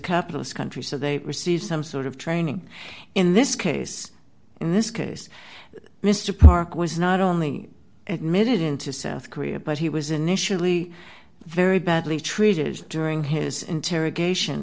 capitalist country so they receive some sort of training in this case in this case mr park was not only admitted into south korea but he was initially very badly treated during his interrogation